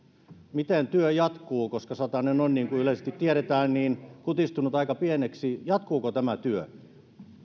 miten työ jatkuu koska satanen niin kuin yleisesti tiedetään on kutistunut aika pieneksi jatkuuko tämä työ